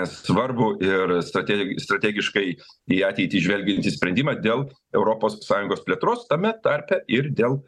svarbų ir strate strategiškai į ateitį žvelgiantį sprendimą dėl europos sąjungos plėtros tame tarpe ir dėl